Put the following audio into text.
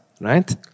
right